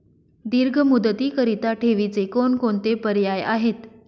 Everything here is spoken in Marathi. दीर्घ मुदतीकरीता ठेवीचे कोणकोणते पर्याय आहेत?